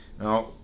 now